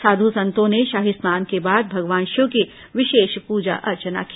साधु संतों ने शाही स्नान को बाद भगवान शिव की विशेष पूजा अर्चना की